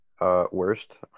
Worst